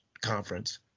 conference